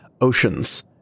oceans